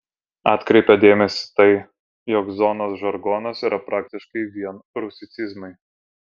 atkreipia dėmesį tai jog zonos žargonas yra praktiškai vien rusicizmai